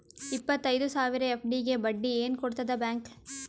ಇಪ್ಪತ್ತೈದು ಸಾವಿರ ಎಫ್.ಡಿ ಗೆ ಬಡ್ಡಿ ಏನ ಕೊಡತದ ಬ್ಯಾಂಕ್?